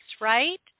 right